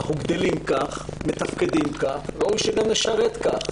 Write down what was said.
אנחנו גדלים כך, מתפקדים כך, ראוי שגם נשרת כך.